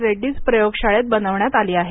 रेड्डीज् प्रयोगशाळेत बनवण्यात आली आहे